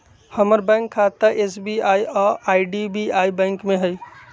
हमर बैंक खता एस.बी.आई आऽ आई.डी.बी.आई बैंक में हइ